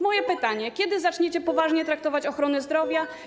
Moje pytanie: Kiedy zaczniecie poważnie traktować ochronę zdrowia?